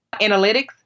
Analytics